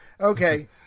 okay